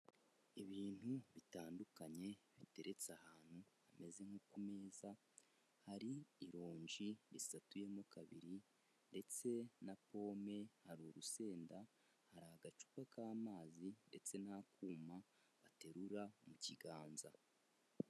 Ibintu bitandukanye biteretse ahantu hameze nko ku meza. Hari ironji risatuyemo kabiri ndetse na pome. Hari urusenda. Hari agacupa k'amazi ndetse n'akuma aterura mu kiganza.